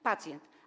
Pacjent.